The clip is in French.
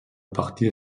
partie